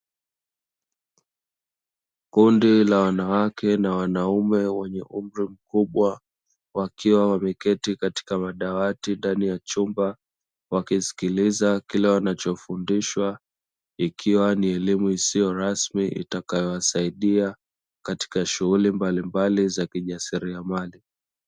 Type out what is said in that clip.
Kundi la wanawake na wanaume wenye umri mkubwa, wakiwa wameketi katika madawati ndani ya chumba, wakisikiliza kile wanachofundishwa ikiwa ni elimu isiyo rasmi itakayosaidia katika shughuli mbalimbali za kijasiriamali.